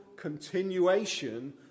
continuation